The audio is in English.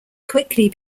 quickly